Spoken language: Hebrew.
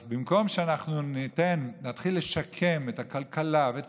אז במקום שאנחנו נתחיל לשקם את הכלכלה ואת